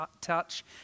touch